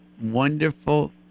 wonderful